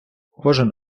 кожен